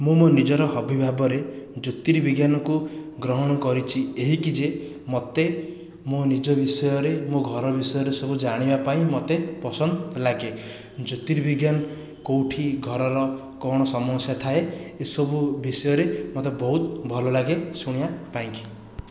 ମୁଁ ମୋର ନିଜର ହବି ଭାବରେ ଜ୍ୟୋର୍ତିବିଜ୍ଞାନକୁ ଗ୍ରହଣ କରିଛି ଏହିକି ଯେ ମୋତେ ମୋ ନିଜ ବିଷୟରେ ନିଜ ଘର ବିଷୟରେ ସବୁ ଜାଣିବା ପାଇଁ ମୋତେ ପସନ୍ଦ ଲାଗେ ଜ୍ୟୋର୍ତିବିଜ୍ଞାନ କେଉଁଠି ଘରର କ'ଣ ସମସ୍ୟା ଥାଏ ଏସବୁ ବିଷୟରେ ମୋତେ ବହୁତ ଭଲ ଲାଗେ ଶୁଣିବା ପାଇଁକି